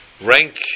rank